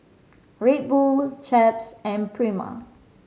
Red Bull Chaps and Prima